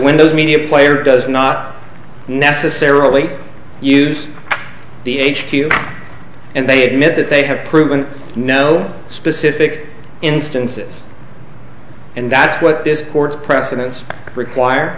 windows media player does not necessarily use d h q and they admit that they have proven no specific instances and that's what this court's precedents require